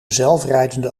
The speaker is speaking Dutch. zelfrijdende